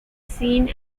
scene